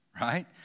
right